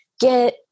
get